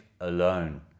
alone